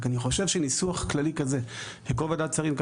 אני רק חושב שניסוח כללי כזה: לכל ועדת שרים,